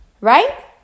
Right